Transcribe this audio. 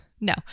No